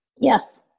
Yes